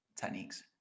techniques